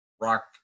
rock